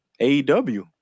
AEW